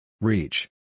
Reach